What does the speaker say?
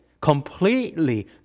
completely